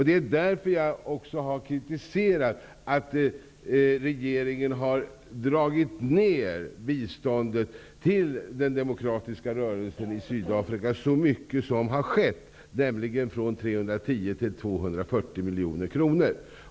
Därför har jag också kritiserat att regeringen har dragit ner på biståndet till den demokratiska rörelsen i Sydafrika så mycket, nämligen från 310 till 240 miljoner kronor.